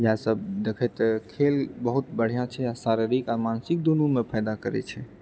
इएह सब देखैत खेल बहुत बढ़िआँ आ मानसिक दुनूमे फायदा करए छै